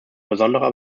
besonderer